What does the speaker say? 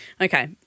Okay